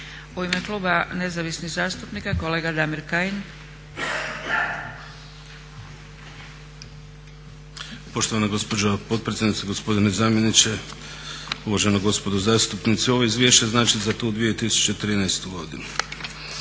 U ime Kluba nezavisnih zastupnika kolega Damir Kajin. **Kajin, Damir (ID - DI)** Poštovana gospođo potpredsjednice, gospodine zamjeniče, uvažena gospodo zastupnici. Ovo izvješće je za tu 2013.godinu.